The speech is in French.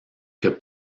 que